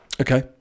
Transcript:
okay